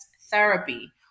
therapy